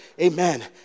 amen